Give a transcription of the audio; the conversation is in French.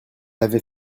avait